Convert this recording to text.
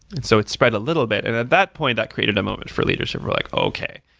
and so it spread a little bit, and at that point that created a moment for leadership. we're like, okay.